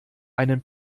einen